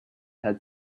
had